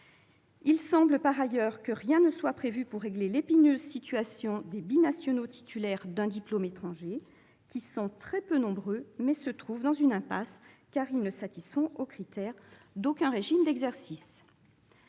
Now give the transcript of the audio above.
Il semble par ailleurs que rien ne soit prévu pour régler l'épineuse situation des binationaux titulaires d'un diplôme étranger qui sont très peu nombreux, mais se trouvent dans une impasse, car ils ne satisfont aux critères d'aucun régime d'exercice.